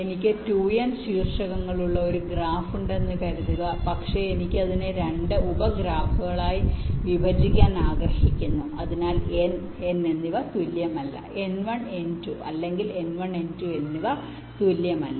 എനിക്ക് 2n വെർട്ടിസസുള്ള ഒരു ഗ്രാഫ് ഉണ്ടെന്ന് കരുതുക പക്ഷേ എനിക്ക് അതിനെ 2 ഉപ ഗ്രാഫുകളായി വിഭജിക്കാൻ ആഗ്രഹിക്കുന്നു അതിനാൽ n n എന്നിവ തുല്യമല്ല n1 n2 അല്ലെങ്കിൽ n1 n2 എന്നിവ തുല്യമല്ല